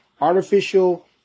artificial